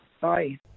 Bye